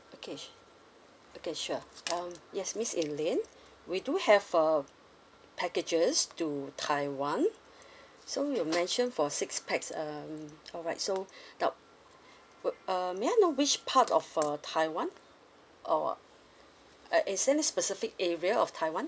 okay s~ okay sure um yes miss elaine we do have uh packages to taiwan so you mention for six pax um alright so now uh may I know which part of uh taiwan or uh is there any specific area of taiwan